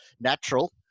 natural